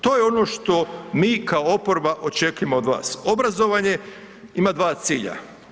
To je ono što mi kao oporba očekujemo od vas, obrazovanje ima dva cilja.